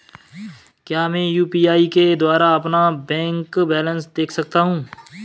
क्या मैं यू.पी.आई के द्वारा अपना बैंक बैलेंस देख सकता हूँ?